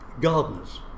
gardeners